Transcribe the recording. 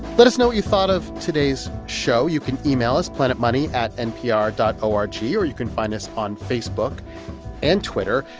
let us know what you thought of today's show. you can email us planetmoney at npr dot o r g. or you can find us on facebook and twitter.